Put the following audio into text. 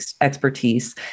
expertise